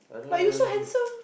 but you so handsome